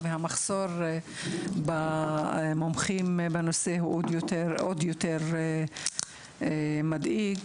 והמחסור ברופאים הוא עוד יותר מדאיג,